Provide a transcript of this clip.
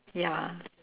ya